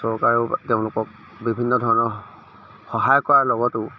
চৰকাৰেও তেওঁলোকক বিভিন্ন ধৰণৰ সহায় কৰাৰ লগতে